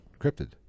cryptid